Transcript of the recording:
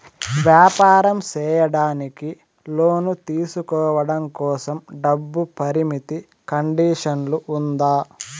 వ్యాపారం సేయడానికి లోను తీసుకోవడం కోసం, డబ్బు పరిమితి కండిషన్లు ఉందా?